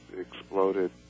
exploded